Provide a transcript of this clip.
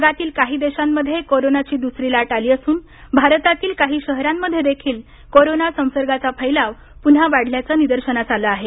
जगातील काही देशामध्ये कोरोनाची दुसरी लाट आली असून भारतातील काही शहरांमध्ये देखील कोरोना संसर्गाचा फैलाव पुन्हा वाढल्याचं निदर्शनास आलं आहे